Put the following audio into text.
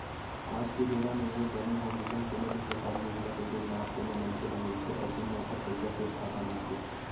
आज के बेरा म ये बने होगे हे कोनो भी सरकारी योजना के जेन लाभ कोनो मनखे ल मिलथे अइसन म ओखर पइसा सोझ खाता म आथे